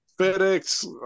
FedEx